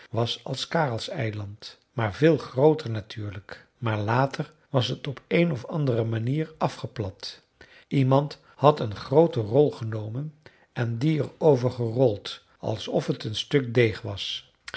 was als karelseiland maar veel grooter natuurlijk maar later was het op een of andere manier afgeplat iemand had een groote rol genomen en die er over gerold alsof het een stuk deeg was